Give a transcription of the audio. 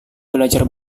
belajar